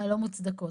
לא מוצדקות.